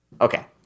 Okay